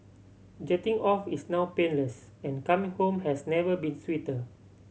jetting off is now painless and coming home has never been sweeter